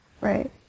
Right